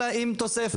אלא עם תוספת,